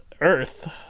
Earth